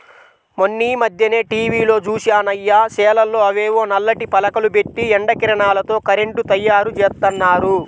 మొన్నీమధ్యనే టీవీలో జూశానయ్య, చేలల్లో అవేవో నల్లటి పలకలు బెట్టి ఎండ కిరణాలతో కరెంటు తయ్యారుజేత్తన్నారు